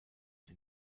sie